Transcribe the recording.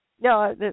No